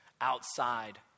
Outside